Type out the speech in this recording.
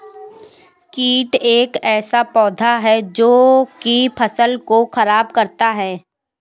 कीट एक ऐसा पौधा है जो की फसल को खराब करता है